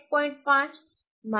5 10